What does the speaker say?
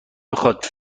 بخواد